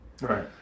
Right